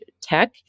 tech